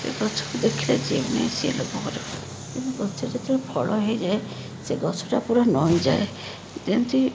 ଏ ଗଛକୁ ଦେଖିଲେ ଯିଏ ବି ନାହିଁ ସିଏ ଲୋଭ କରିବ କିନ୍ତୁ ଗଛରେ ଯେତେଳେ ଫଳ ହେଇଯାଏ ସେ ଗଛଟା ପୁରା ନଇଁ ଯାଏ ଯେମିତି